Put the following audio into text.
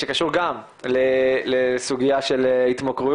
שקשור גם לסוגיה של התמכרויות,